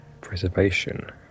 Preservation